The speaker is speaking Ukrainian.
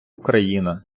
україна